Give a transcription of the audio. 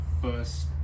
first